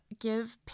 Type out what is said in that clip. give